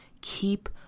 keep